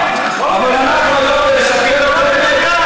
אבל אנחנו היום נספר את האמת.